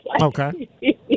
Okay